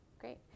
Great